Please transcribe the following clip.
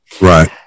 Right